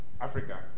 Africa